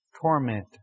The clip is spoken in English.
torment